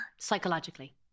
Psychologically